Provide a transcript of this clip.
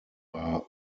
war